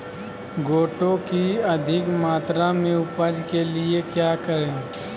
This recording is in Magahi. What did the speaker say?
गोटो की अधिक मात्रा में उपज के लिए क्या करें?